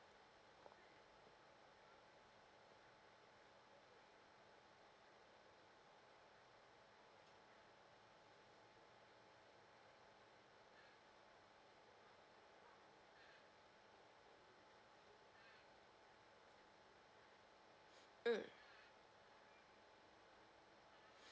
mm